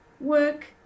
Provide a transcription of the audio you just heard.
work